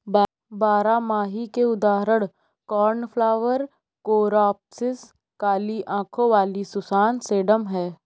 बारहमासी के उदाहरण कोर्नफ्लॉवर, कोरॉप्सिस, काली आंखों वाली सुसान, सेडम हैं